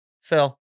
Phil